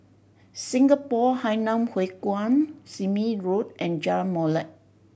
Singapore Hainan Hwee Kuan Sime Road and Jalan Molek